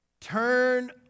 Turn